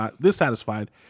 dissatisfied